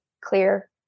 clear